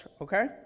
okay